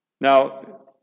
Now